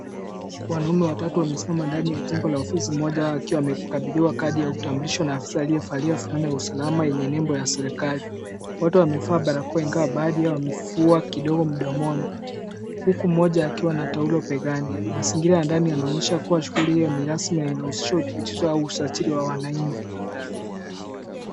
Wanaume watatu wamesimama ndani ya jengo la ofisi mmoja wao akiwa amekabidhiwa kadi ya utambulisho na afisa aliyevalia fulana ya usalama yenye nembo ya serikali. Wote wamevaa barakoa ingawa baadhi yao wamevua kidogo mdomoni huku mmoja akiwa na taulo begani. Mazingira ya ndani yanaonyesha kua shughuli hio ni rasmi na inahusisha kupitisha au usajili wa wananchi.